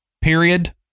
Period